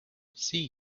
see